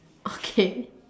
okay